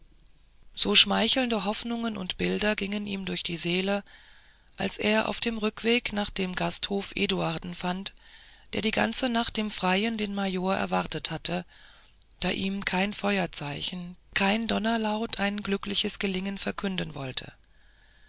so schmeichelnde hoffnungen und bilder gingen ihm durch die seele als er auf dem rückwege nach dem gasthofe eduarden fand der die ganze nacht im freien den major erwartet hatte da ihm kein feuerzeichen kein donnerlaut ein glückliches gelingen verkünden wollte